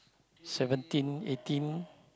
seventeen eighteen